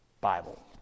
Bible